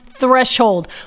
threshold